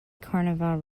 carnival